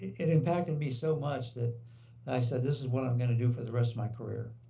it impacted me so much that i said, this is what i'm going to do for the rest of my career,